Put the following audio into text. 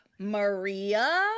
Maria